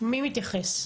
מי מתייחס?